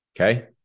Okay